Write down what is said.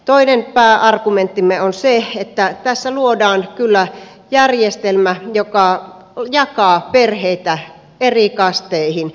toinen pääargumenttimme on se että tässä luodaan kyllä järjestelmä joka jakaa perheitä eri kasteihin